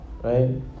right